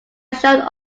showed